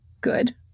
good